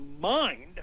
mind